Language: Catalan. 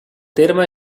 terme